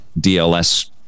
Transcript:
dls